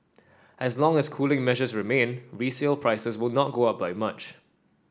as long as cooling measures remain resale prices will not go up by much